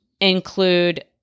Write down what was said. include